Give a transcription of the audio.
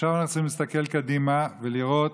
עכשיו אנחנו צריכים להסתכל קדימה ולראות